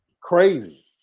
crazy